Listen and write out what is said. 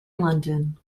london